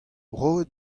roit